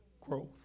Growth